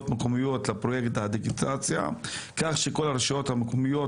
מקומיות לפרויקט הדיגיטציה כך שכל הרשויות המקומיות,